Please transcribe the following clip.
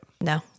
No